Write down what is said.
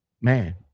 man